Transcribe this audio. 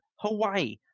Hawaii